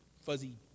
fuzzy